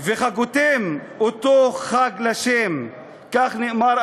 וחגֹתם אותו חג לה'" כך נאמר,